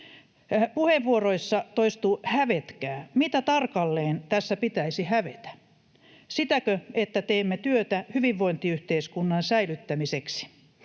Puheenvuoroissa toistuu ”hävetkää”. Mitä tarkalleen tässä pitäisi hävetä? Sitäkö, että teemme työtä hyvinvointiyhteiskunnan säilyttämiseksi?